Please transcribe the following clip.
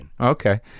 Okay